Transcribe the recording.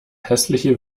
hässliche